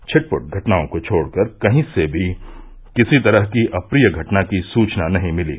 छिटपुट घटनाओं को छोड़कर कहीं से भी किसी तरह की अप्रिय घटना की सूचना नही मिली